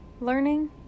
learning